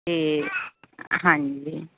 ਅਤੇ ਹਾਂਜੀ